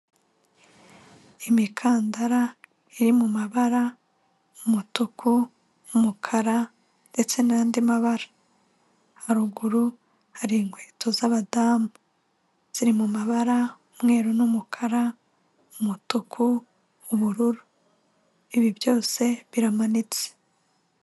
Imikandara iri mu mabara, umutuku, umukara ndetse n'andi mabara, haruguru hari inkweto z'abadamu ziri mu mabara umweru n'umukara, umutuku ubururu, ibi byose biramanitse.